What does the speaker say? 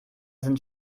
sind